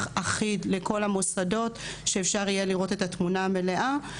אחיד לכול המוסדות כדי שאפשר יהיה לראות את התמונה המלאה,